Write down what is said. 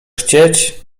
chcieć